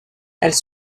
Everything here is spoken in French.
elle